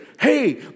Hey